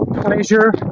pleasure